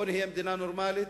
ובואו נהיה מדינה נורמלית,